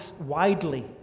widely